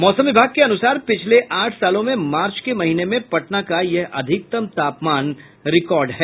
मौसम विभाग के अनुसार पिछले आठ सालों में मार्च महीने में पटना कायह अधिकतम तापमान का रिकॉर्ड है